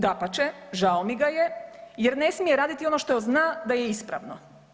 Dapače, žao mi ga je jer ne smije raditi ono što zna da je ispravno.